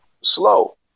slow